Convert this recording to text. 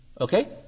Okay